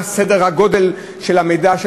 מה סדר-הגודל של המידע,